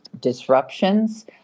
disruptions